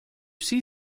see